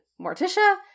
Morticia